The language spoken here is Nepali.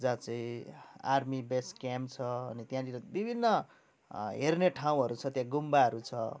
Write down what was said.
जहाँ चाहिँ आर्मी बेस क्याम्प छ अनि त्यहाँनिर विभिन्न हेर्ने ठाउँहरू छ त्यहाँ गुम्बाहरू छ